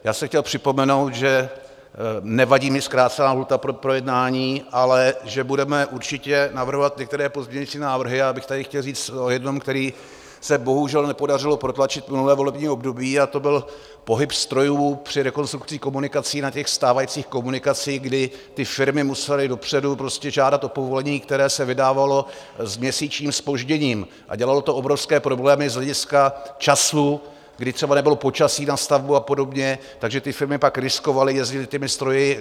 Já jsem chtěl připomenout, že mi nevadí zkrácená lhůta pro projednání, ale že budeme určitě navrhovat některé pozměňovací návrhy, a já bych tady chtěl říct o jednom, který se bohužel nepodařilo protlačit minulé volební období, a to byl pohyb strojů při rekonstrukci komunikací na stávajících komunikacích, kdy firmy musely dopředu žádat o povolení, které se vydávalo s měsíčním zpožděním, a dělalo to obrovské problémy z hlediska času, kdy třeba nebylo počasí na stavbu a podobně, takže ty firmy pak riskovaly, jezdily těmi stroji.